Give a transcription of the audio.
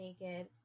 naked